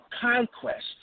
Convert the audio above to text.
conquest